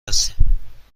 هستم